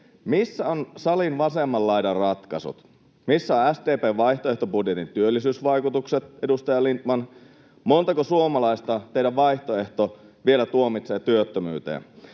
Missä ovat salin vasemman laidan ratkaisut? Missä ovat SDP:n vaihtoehtobudjetin työllisyysvaikutukset? Edustaja Lindtman, montako suomalaista teidän vaihtoehtonne vielä tuomitsee työttömyyteen?